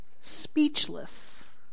speechless